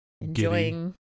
enjoying